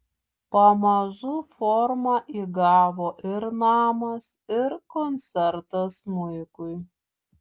pamažu formą įgavo ir namas ir koncertas smuikui